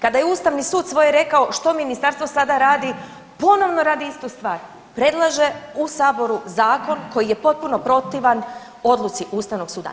Kada je Ustavni sud svoje rekao što ministarstvo sada radi ponovno radi istu stvar predlaže u Saboru zakon koji je potpuno protivan odluci Ustavnog suda.